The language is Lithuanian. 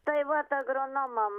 tai vat agronomam